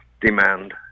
demand